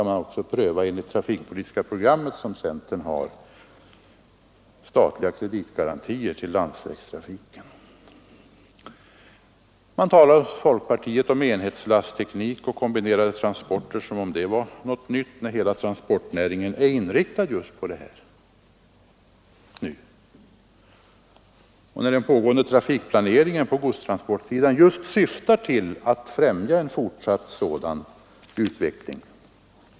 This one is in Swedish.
Man talar hos folkpartiet om enhetslastteknik och kombinerade transporter som om det var något nytt, nu när hela transportnäringen är inriktad just på detta och när den pågående trafikplaneringen på godstransportsidan syftar till att främja en sådan utveckling.